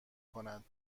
کند